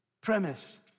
premise